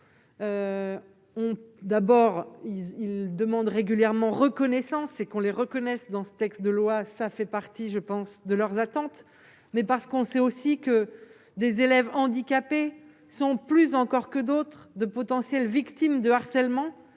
d'abord il ils demandent régulièrement reconnaissance et qu'on les reconnaisse dans ce texte de loi, ça fait partie je pense de leurs attentes, mais parce qu'on sait aussi que des élèves handicapés sont plus encore que d'autres de potentielles victimes de harcèlement